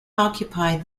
occupied